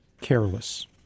careless